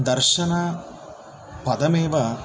दर्शनपदमेव